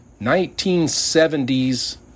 1970s